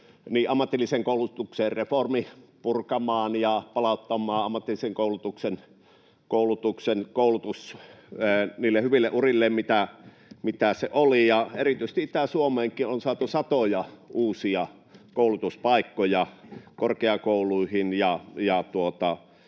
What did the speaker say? ammatillisen koulutuksen reformi purkamaan ja palauttamaan ammatillinen koulutus niille hyville urille, millä se oli. Erityisesti Itä-Suomeenkin on saatu satoja uusia koulutuspaikkoja korkeakouluihin